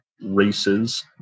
races